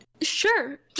Sure